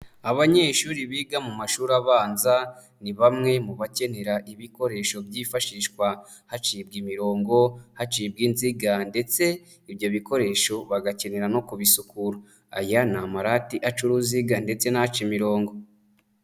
Abanyeshuri biga mu mashuri abanza ni bamwe mu bakenera ibikoresho byifashishwa hacibwa imirongo, hacibwa inziga ndetse ibyo bikoresho bagakenera no kubisukura, aya ni amarati aca uruziga ndetse n'aca imirongo.